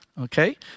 Okay